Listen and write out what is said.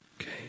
Okay